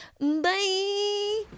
Bye